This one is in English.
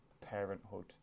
parenthood